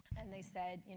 and they said, you know